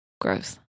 Gross